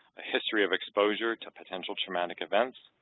a history of exposure to potential traumatic events,